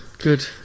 Good